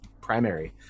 primary